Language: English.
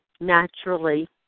naturally